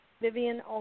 Vivian